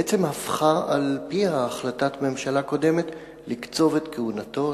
בעצם הפכה על פיה החלטת ממשלה קודמת לקצוב את כהונתו,